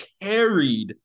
carried